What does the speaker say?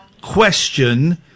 question